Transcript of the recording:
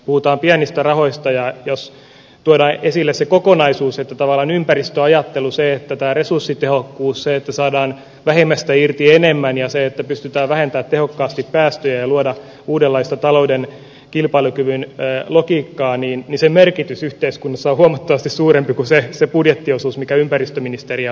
puuta pienistä rahoista ja jos tuoda esille se kokonaisuus että tavallaan ympäristöajattelu se että pääresurssitehokkuus se että saadaan vähemmästä irti enemmän ja se että pystytä vähentää tiukasti päästyä luoda uudenlaista talouden kilpailukyvyn logiikkaa niin sen merkitys yhteiskunnassa voimakkaasti suurempi pusersi budjettiosuus mikä ympäristöministeriä